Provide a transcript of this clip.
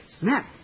Snap